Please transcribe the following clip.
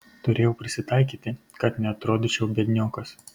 turėjau prisitaikyti kad neatrodyčiau biedniokas